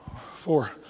four